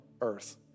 earth